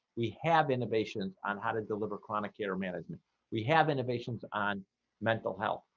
we have innovations on how to deliver chronic care management we have innovations on mental health.